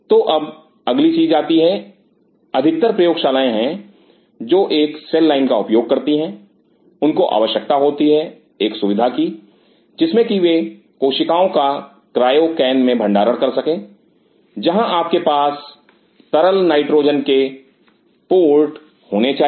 तो अब अगली चीज आती है अधिकतर प्रयोगशाला है जो एक सेल लाइन का उपयोग करती हैं उनको आवश्यकता होती है एक सुविधा की जिसमें कि वे कोशिकाओं का क्रायो कैन में भंडारण कर सकें जहां आपके पास तरल नाइट्रोजन के पोर्ट होने चाहिए